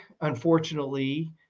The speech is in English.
unfortunately